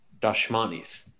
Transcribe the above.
dashmanis